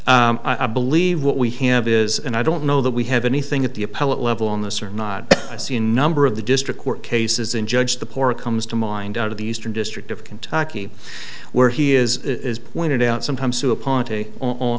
honor i believe what we have is and i don't know that we have anything at the appellate level on this or not i see a number of the district court cases in judge the poor comes to mind out of the eastern district of kentucky where he is pointed out sometimes to a party on